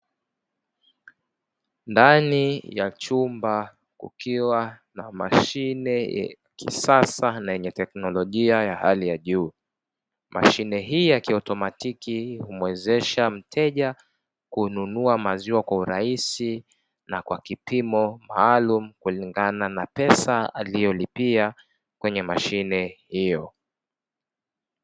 Ndani ya chumba kukiwa na mashine ya kisasa na yenye teknolojia ya hali ya juu, mashine hii ya kiotomatiki humuwezesha mteja kununua maziwa kwa urahisi na kwa kipimo maalumu kulingana na pesa aliyolipia kwenye mashine hiyo.